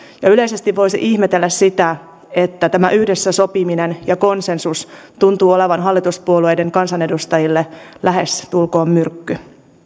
yleisesti voisi ihmetellä sitä että tämä yhdessä sopiminen ja konsensus tuntuu olevan hallituspuolueiden kansanedustajille lähestulkoon myrkky